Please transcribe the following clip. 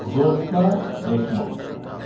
Jyotsna Deshmukh